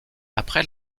après